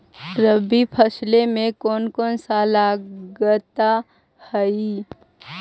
रबी फैसले मे कोन कोन सा लगता हाइय?